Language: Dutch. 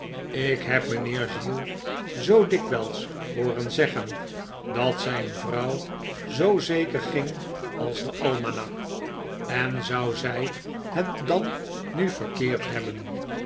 ik heb mijnheer gill zoo dikwijls hooren zeggen dat zijn vrouw zoo zeker ging als de almanak en zou zij het dan nu verkeerd hebben